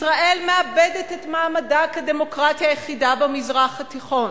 ישראל מאבדת את מעמדה כדמוקרטיה היחידה במזרח התיכון.